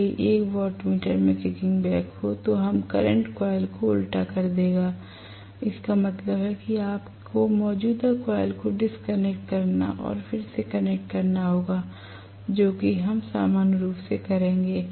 यदि 1 वाॅटमीटर में kicking back हों तो हम करंट कॉइल को उल्टा कर देगा इसका मतलब है कि आपको मौजूदा कॉइल को डिस्कनेक्ट करना और फिर से कनेक्ट करना होगा जो कि हम सामान्य रूप से करेंगे